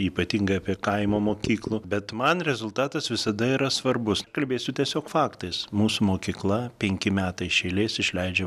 ypatingai apie kaimo mokyklų bet man rezultatas visada yra svarbus kalbėsiu tiesiog faktais mūsų mokykla penki metai iš eilės išleidžia